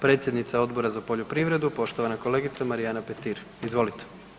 Predsjednica Odbora za poljoprivredu poštovana kolegica Marijana Petir, izvolite.